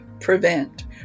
prevent